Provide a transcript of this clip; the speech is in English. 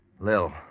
Lil